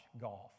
golf